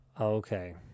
Okay